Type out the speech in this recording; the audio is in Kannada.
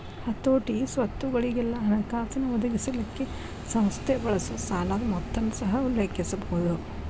ಹತೋಟಿ, ಸ್ವತ್ತುಗೊಳಿಗೆಲ್ಲಾ ಹಣಕಾಸಿನ್ ಒದಗಿಸಲಿಕ್ಕೆ ಸಂಸ್ಥೆ ಬಳಸೊ ಸಾಲದ್ ಮೊತ್ತನ ಸಹ ಉಲ್ಲೇಖಿಸಬಹುದು